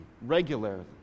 regularly